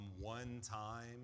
one-time